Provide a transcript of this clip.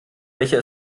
becher